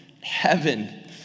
heaven